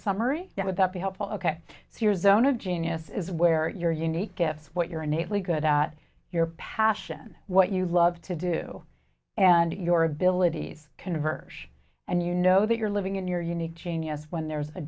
summary would that be helpful ok here's own of genius is where your unique gifts what you're innately good at your passion what you love to do and your abilities converge and you know that you're living in your unique genius when there's a